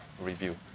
review